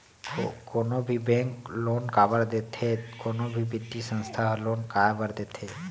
कोनो भी bank loan काबर देथे कोनो भी बित्तीय संस्था ह लोन काय बर देथे?